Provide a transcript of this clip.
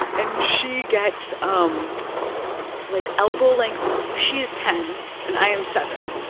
and she gets um like elbow-length she's ten and i'm seven,